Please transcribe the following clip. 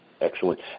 Excellent